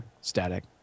static